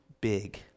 big